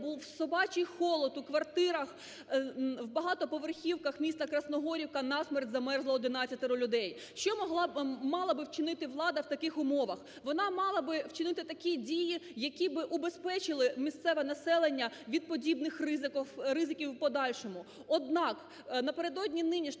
був собачий холод у квартирах, в багатоповерхівках міста Красногорівка на смерть замерзло 11 людей. Що мала б вчинити влада в таких умовах? Вона мала б вчинила такі дії, які б убезпечили місцеве населення від подібних ризиків і подальшому. Однак, напередодні нинішнього